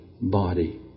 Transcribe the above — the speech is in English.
body